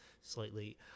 slightly